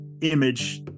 image